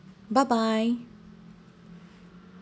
bye bye